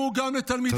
קראו גם לתלמידיכם,